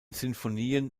sinfonien